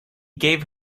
gave